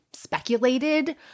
speculated